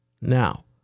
now